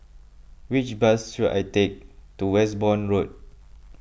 which bus should I take to Westbourne Road